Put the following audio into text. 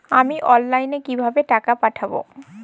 আমি অনলাইনে কিভাবে টাকা পাঠাব?